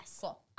cool